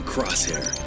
Crosshair